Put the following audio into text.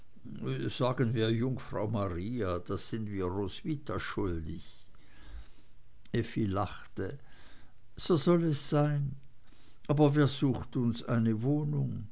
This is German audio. sagen wir jungfrau maria das sind wir roswitha schuldig effi lachte so soll es sein aber wer sucht uns eine wohnung